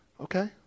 Okay